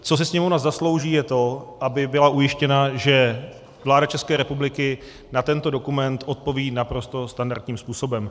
Co si Sněmovna zaslouží, je to, aby byla ujištěna, že vláda České republiky na tento dokument odpoví naprosto standardním způsobem.